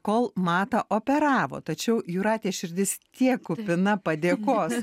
kol matą operavo tačiau jūratės širdis tiek kupina padėkos